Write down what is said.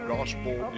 Gospel